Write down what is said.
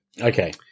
Okay